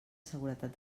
seguretat